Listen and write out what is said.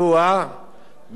בהמשך הפסוקים,